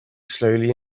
slowly